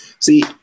See